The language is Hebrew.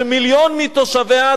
כשמיליון מתושביה,